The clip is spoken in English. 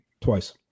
Twice